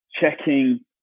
checking